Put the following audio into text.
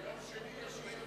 ביום שני יש אי-אמון,